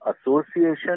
association